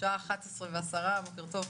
שעה 11:10. בוקר טוב,